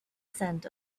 scent